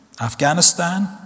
Afghanistan